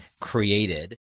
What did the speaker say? created